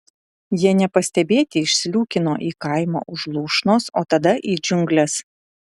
jie nepastebėti išsliūkino į kaimą už lūšnos o tada į džiungles